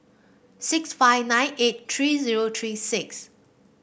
six five nine eight three zero three six